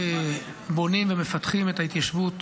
אנחנו בונים ומפתחים את ההתיישבות